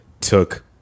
took